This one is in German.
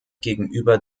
gegenüber